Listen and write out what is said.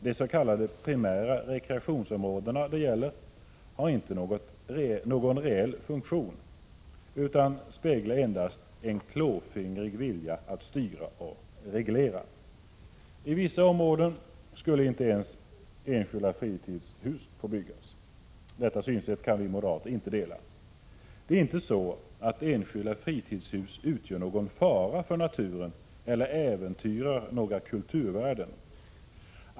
De s.k. primära rekreationsområden det gäller har inte någon reell funktion utan speglar endast en klåfingrig vilja att styra och reglera. I vissa områden skulle inte ens enskilda fritidshus få byggas. Detta synsätt kan vi moderater inte dela. Det är inte så att enskilda fritidshus utgör någon fara för naturen eller äventyrar några kulturvärden.